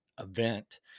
event